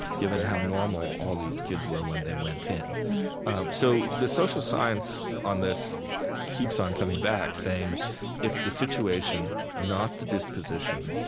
given how normal all these kids were when they went in yeah so the social science on this keeps on coming back, saying it's the situation, not the disposition,